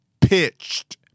pitched